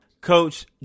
Coach